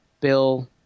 Bill